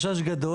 והוא חשש גדול.